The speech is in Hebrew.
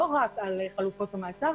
לא רק על חלופות המעצר,